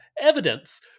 evidence